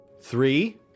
Three